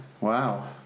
Wow